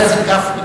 חבר הכנסת גפני,